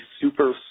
Super